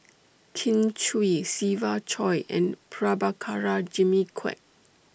Kin Chui Siva Choy and Prabhakara Jimmy Quek